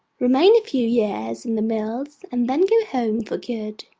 remain a few years in the mills, and then go home for good.